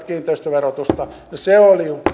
kiinteistöverotusta ja se oli